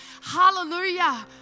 Hallelujah